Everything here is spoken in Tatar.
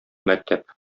мәктәп